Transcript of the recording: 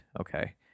Okay